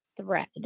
thread